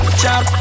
chop